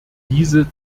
diese